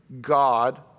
God